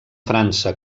frança